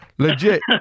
Legit